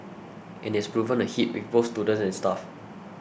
and it has proven a hit with both students and staff